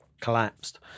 collapsed